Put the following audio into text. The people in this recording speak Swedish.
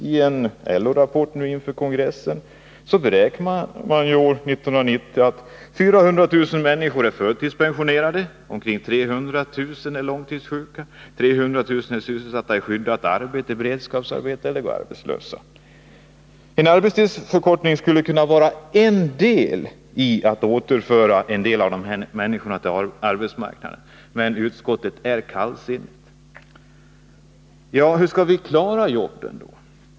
I en LO-rapport inför kongressen beräknar man att 400 000 människor är förtidspensionerade år 1990, att omkring 300 000 är långtidssjuka och att 300000 är sysselsatta i skyddat arbete eller i beredskapsarbete eller går arbetslösa. En arbetstidsförkortning skulle kunna vara en del i ansträngningarna att återföra vissa av dessa människor till arbetsmarknaden, men utskottet är kallsinnigt. Men hur skall vi klara jobben?